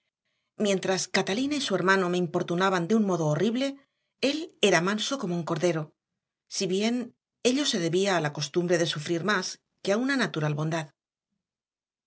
mientras catalina y su hermano me importunaban de un modo horrible él era manso como un cordero si bien ello se debía a la costumbre de sufrir más que a una natural bondad